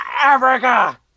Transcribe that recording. Africa